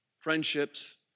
friendships